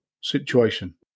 situation